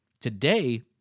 today